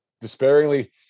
despairingly